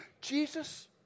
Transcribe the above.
Jesus